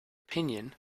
opinion